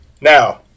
Now